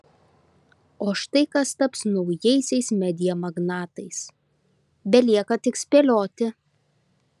o štai kas taps naujaisiais media magnatais belieka tik spėlioti